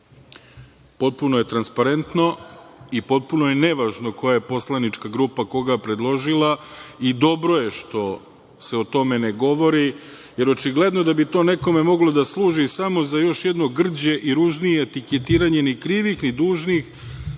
Potpuno je transparentno i potpuno je nevažno koja je poslanička grupa koga predložila i dobro je što se o tome ne govori, jer očigledno da bi to nekome moglo da služi samo za još jedno grđe i ružnije etiketiranje ni krivih ni dužnih